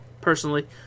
personally